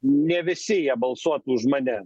ne visi jie balsuotų už mane